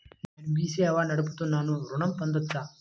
నేను మీ సేవా నడుపుతున్నాను ఋణం పొందవచ్చా?